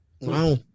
Wow